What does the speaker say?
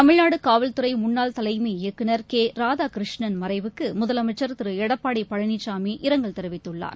தமிழ்நாடுகாவல்தறைமுன்னாள் தலைமை இயக்குநர் கேராதாகிருஷ்ணன் மறைவுக்குழுதலமைச்சர் திருஎடப்பாடிபழனிசாமி இரங்கல் தெரிவித்துள்ளார்